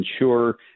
ensure